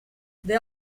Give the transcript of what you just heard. they